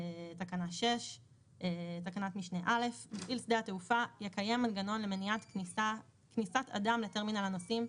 6. מפעיל שדה התעופה יקיים מנגנון למניעת כניסת אדם לטרמינל הנוסעים,